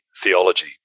theology